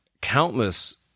countless